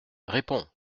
réponds